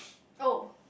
oh